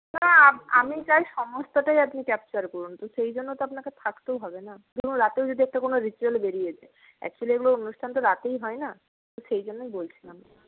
না আমি চাই সমস্তটাই আপনি ক্যাপচার করুন তো সেই জন্য তো আপনাকে থাকতেও হবে না ধরুন রাতেও যদি একটা কোনো রিচুয়াল বেরিয়ে যায় অ্যাকচুয়েলি এইগুলো অনুষ্ঠান তো রাতেই হয় না সেই জন্যই বলছিলাম